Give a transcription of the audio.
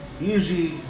usually